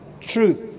Truth